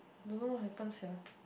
don't know what happen sia